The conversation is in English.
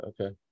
Okay